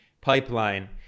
Pipeline